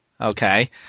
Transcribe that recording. Okay